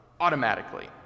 automatically